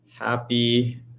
Happy